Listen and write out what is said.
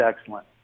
excellent